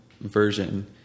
version